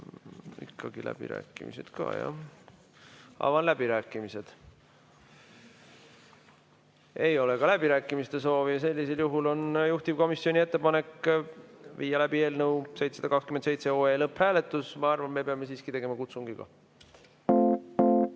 Ikkagi läbirääkimised ka, jah. Avan läbirääkimised. Ei ole ka läbirääkimiste soovi. Sellisel juhul on juhtivkomisjoni ettepanek viia läbi eelnõu 727 lõpphääletus. Ma arvan, et me siiski peame tegema